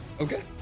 Okay